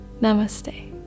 Namaste